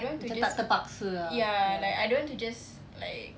macam tak terpaksa ah ya